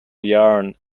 yarn